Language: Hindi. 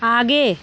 आगे